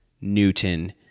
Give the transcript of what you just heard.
Newton